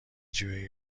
جوئی